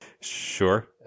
Sure